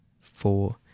four